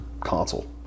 console